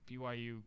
BYU